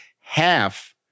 Half